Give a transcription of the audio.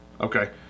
okay